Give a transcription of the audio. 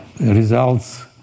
results